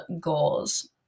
goals